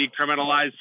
decriminalized